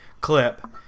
clip